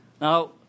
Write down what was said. Now